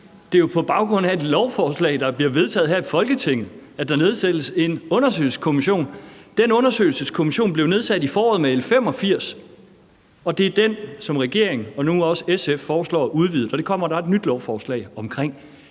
Det er jo på baggrund af et lovforslag, der bliver vedtaget her i Folketinget, at der nedsættes en undersøgelseskommission. Den undersøgelseskommission blev nedsat i foråret med L 85, og det er den, som regeringen og nu også SF foreslår at udvide, og det kommer der et nyt lovforslag om.